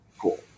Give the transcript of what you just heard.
Cool